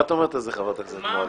מה את אומרת על זה חברת הכנסת מועלם,